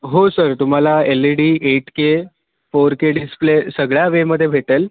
हो सर तुम्हाला L E D eight K four K display सगळ्या वेमध्ये भेटेल